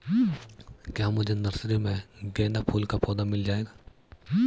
क्या मुझे नर्सरी में गेंदा फूल का पौधा मिल जायेगा?